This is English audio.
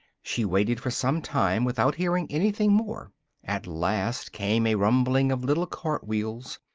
she waited for some time without hearing anything more at last came a rumbling of little cart-wheels,